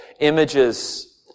images